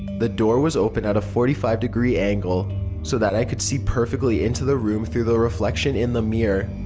the door was open at a fourty-five degree angle so that i could see perfectly into the room through the reflection in the mirror.